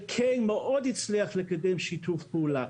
שכן מאוד הצליח לקדם שיתוף פעולה.